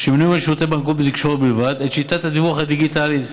שמנויים על שירותי בנקאות בתקשורת בלבד את שיטת הדיוור הדיגיטלית,